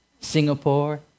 Singapore